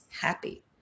happy